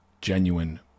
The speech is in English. genuine